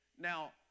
Now